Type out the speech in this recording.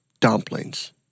dumplings